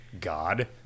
god